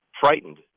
Frightened